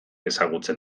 ezagutzen